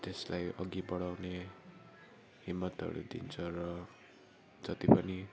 त्यसलाई अघि बढाउने हिम्मतहरू दिन्छ र जति पनि